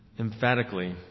Emphatically